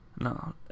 No